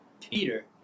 Peter